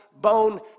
bone